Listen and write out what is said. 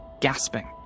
gasping